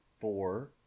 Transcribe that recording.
four